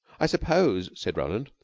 i suppose, said roland,